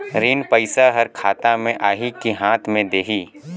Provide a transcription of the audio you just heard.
ऋण पइसा हर खाता मे आही की हाथ मे देही?